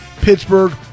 Pittsburgh